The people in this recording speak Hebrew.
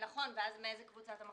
נכון, ואז מאיזה קבוצה אתה מחליט?